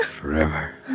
forever